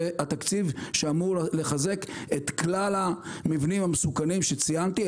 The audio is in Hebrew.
זה התקציב שאמור לחזק את כלל המבנים המסוכנים שציינתי,